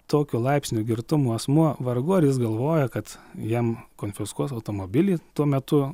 tokio laipsnio girtumo asmuo vargu ar jis galvoja kad jam konfiskuos automobilį tuo metu